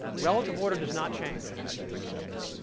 relative order does not change in this case.